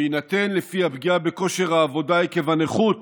שיינתן לפי הפגיעה בכושר העבודה עקב הנכות